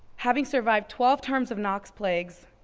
having survived twelve terms of knox plagues,